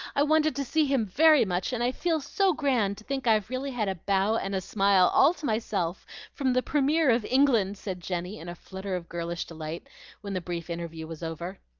i wanted to see him very much, and i feel so grand to think i've really had a bow and a smile all to myself from the premier of england, said jenny in a flutter of girlish delight when the brief interview was over.